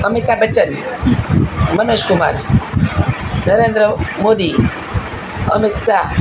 Amita Bachchan Manoj Kumar Narendra Modi Amit Shah